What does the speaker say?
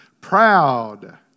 Proud